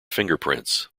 fingerprints